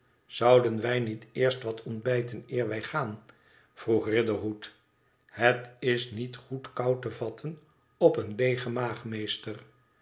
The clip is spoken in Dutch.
zouden wij niet eerst wat ontbijten eer wij gaan vroeg riderhood het is niet goed kou te vatten op eene leege maag meester